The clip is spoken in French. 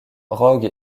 rogue